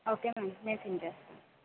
okay ma'am నేను send చేస్తాను